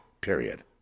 period